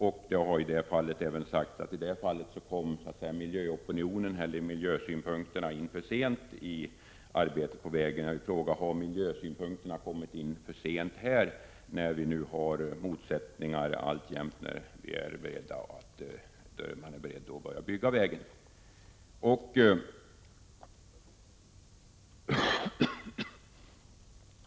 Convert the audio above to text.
Det har även sagts att i det fallet kom miljöopinionen och miljösynpunkterna in för sent i arbetet med vägen. Jag vill fråga: Har miljösynpunkterna kommit in för sent även i detta ärende, eftersom det alltjämt finns motsättningar, när arbetet med att bygga vägen skall påbörjas?